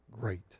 great